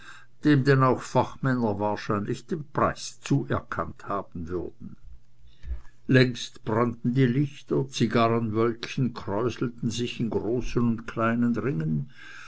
dem denn auch fachmänner wahrscheinlich den preis zuerkannt haben würden längst brannten die lichter zigarrenwölkchen kräuselten sich in großen und kleinen ringen